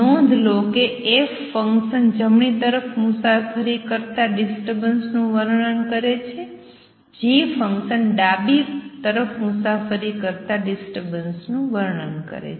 નોંધ લો કે f ફંકશન જમણી તરફ મુસાફરી કરતા ડિસ્ટર્બન્સ નું વર્ણન કરે છે g ફંકશન ડાબી તરફ મુસાફરી કરતા ડિસ્ટર્બન્સનું વર્ણન કરે છે